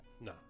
No